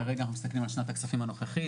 כרגע אנחנו מסתכלים על שנת הכספים הנוכחית,